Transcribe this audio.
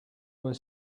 were